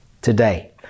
Today